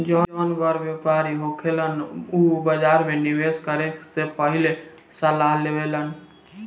जौन बड़ व्यापारी होखेलन उ बाजार में निवेस करे से पहिले सलाह लेवेलन